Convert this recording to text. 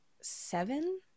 Seven